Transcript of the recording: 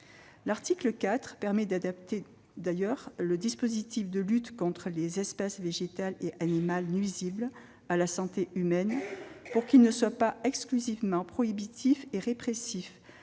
L'article 4 de la proposition de loi adapte le dispositif de lutte contre les espèces végétales et animales nuisibles à la santé humaine pour qu'il ne soit pas exclusivement prohibitif et répressif.